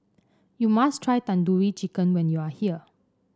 you must try Tandoori Chicken when you are here